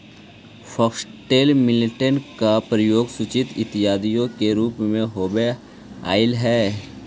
foxtail millet का प्रयोग सूजी इत्यादि के रूप में होवत आईल हई